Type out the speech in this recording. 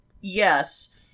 yes